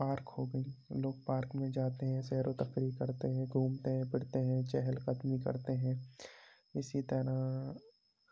park ہوگئ لوگ park میں جاتے ہیں سیرو تفریح کرتے ہیں گھومتے ہیں پھرتے ہیں چہل قدمی کرتے ہیں اسی طرح